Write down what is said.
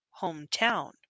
hometown